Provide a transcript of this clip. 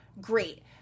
great